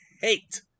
hate